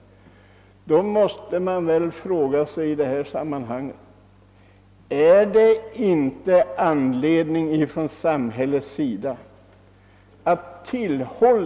Då bör väl samhället ha anledning att säga ifrån.